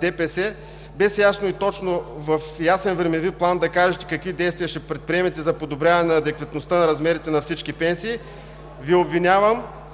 ДПС без ясно и точно в ясен времеви план да кажете какви действия ще предприемете за подобряване на адекватността на размерите на всички пенсии, Ви обвинявам,